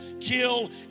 kill